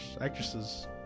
actresses